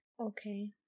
Okay